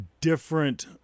different